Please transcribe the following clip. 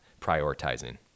prioritizing